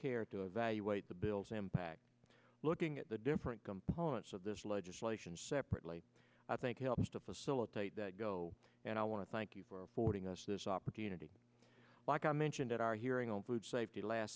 care to evaluate the bill's impact looking at the different components of this legislation separately i think helps to facilitate that go and i want to thank you for affording us this opportunity like i mentioned at our hearing on food safety last